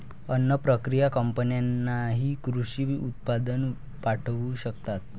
अन्न प्रक्रिया कंपन्यांनाही कृषी उत्पादन पाठवू शकतात